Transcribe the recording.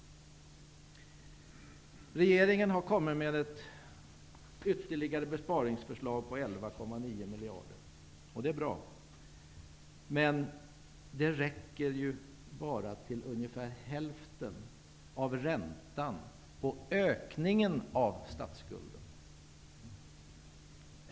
Regeringen har kommit med ytterligare ett besparingsförslag på 11,9 miljarder. Det är bra, men det räcker bara till ungefär hälften av räntan på ökningen av statsskulden.